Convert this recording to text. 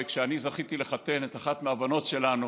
כשאני זכיתי לחתן את אחת מהבנות שלנו,